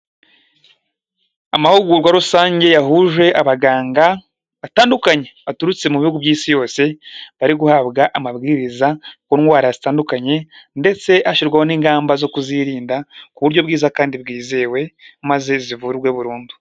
Amahugurwa rusange yahuje abaganga batandukanye. Baturutse mu bihugu by'isi yose, bari guhabwa amabwiriza ku ndwara zitandukanye, ndetse ashyirwaho n'ingamba zo kuzirinda ku buryo bwiza kandi bwizewe, maze zivurwe burundu.